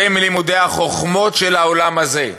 שהם לימודי החוכמות של העולם הזה.